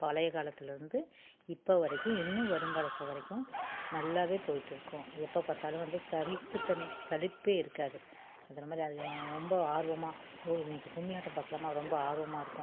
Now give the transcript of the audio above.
பழைய காலத்திலருந்து இப்போ வரைக்கும் இன்னும் வருங்காலத்தில் வரைக்கும் நல்லாவே போயிகிட்ருக்கும் எப்போ பார்த்தாலும் வந்து சலிப்பு தன் சலிப்பே இருக்காது அதமாதிரி ரொம்ப ஆர்வமாக ஓஹ் இது இன்னைக்கு கும்மியாட்டம் பார்க்கலாமா ரொம்ப ஆர்வமாக இருக்கும்